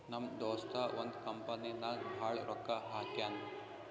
ನಮ್ ದೋಸ್ತ ಒಂದ್ ಕಂಪನಿ ನಾಗ್ ಭಾಳ್ ರೊಕ್ಕಾ ಹಾಕ್ಯಾನ್